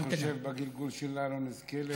אתה חושב שבגלגול שלנו נזכה לראות?